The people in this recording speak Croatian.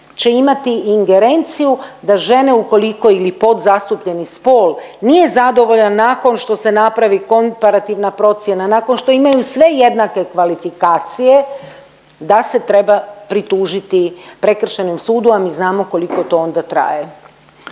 će imati ingerenciju da žene ukoliko ili podzastupljeni spol, nije zadovoljan nakon što se napravi komparativna procjena, nakon što imaju sve jednake kvalifikacije, da se treba pritužiti Prekršajnom sudu, a mi znamo koliko to onda traje.